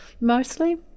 mostly